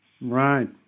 Right